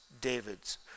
David's